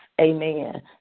Amen